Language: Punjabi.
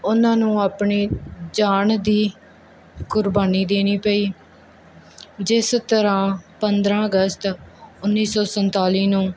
ਉਹਨਾਂ ਨੂੰ ਆਪਣੀ ਜਾਨ ਦੀ ਕੁਰਬਾਨੀ ਦੇਣੀ ਪਈ ਜਿਸ ਤਰ੍ਹਾਂ ਪੰਦਰ੍ਹਾਂ ਅਗਸਤ ਉੱਨੀ ਸੌ ਸੰਤਾਲੀ ਨੂੰ